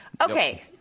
Okay